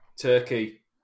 Turkey